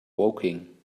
woking